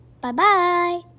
Bye-bye